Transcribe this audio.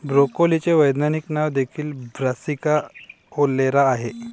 ब्रोकोलीचे वैज्ञानिक नाव देखील ब्रासिका ओलेरा आहे